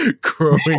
growing